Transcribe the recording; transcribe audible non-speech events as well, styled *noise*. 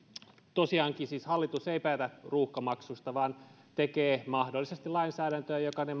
tosiaankin siis hallitus ei päätä ruuhkamaksusta vaan tekee mahdollisesti lainsäädäntöä joka ne *unintelligible*